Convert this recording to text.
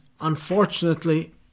unfortunately